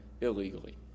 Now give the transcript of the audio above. illegally